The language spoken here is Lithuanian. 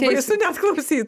baisu net klausyt